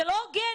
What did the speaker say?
זה לא הוגן,